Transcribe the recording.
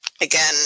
again